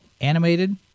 animated